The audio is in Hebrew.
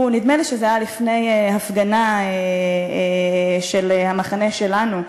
נדמה לי שזה היה לפני הפגנה של המחנה שלנו,